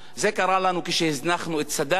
זה קרה לנו כשהזנחנו את צד"ל,